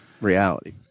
reality